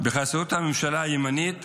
-- בחסות הממשלה הימנית,